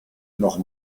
noch